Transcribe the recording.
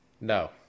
No